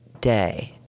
day